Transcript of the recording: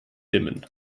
dimmen